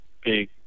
big